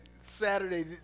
Saturday